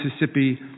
Mississippi